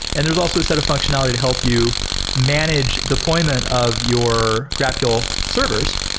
and there's also a set of functionality to help you manage deployment of your graphql servers.